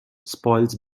spoils